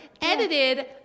edited